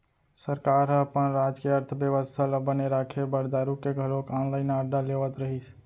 सरकार ह अपन राज के अर्थबेवस्था ल बने राखे बर दारु के घलोक ऑनलाइन आरडर लेवत रहिस